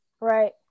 Right